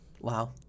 Wow